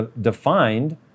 defined